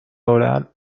oral